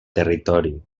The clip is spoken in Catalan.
territori